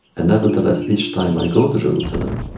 and nevertheless, each time i go to jerusalem,